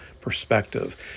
perspective